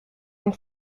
not